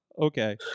okay